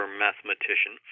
mathematician